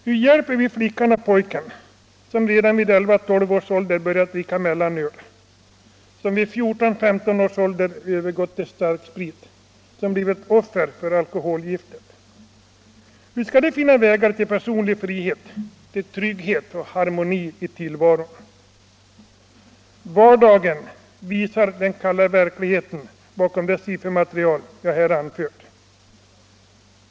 Hur hjälper vi flickan och pojken som redan vid 11-12 års ålder börjat dricka mellanöl, som vid 14 15 års ålder övergått till starksprit, som blivit offer för alkoholgiftet? Hur skall de finna vägar till personlig frihet, till trygghet och harmoni i tillvaron? Vardagen visar den kalla verkligheten bakom det siffermaterial jag här anfört.